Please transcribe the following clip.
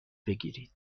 بگیرید